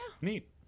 neat